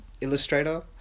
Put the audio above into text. illustrator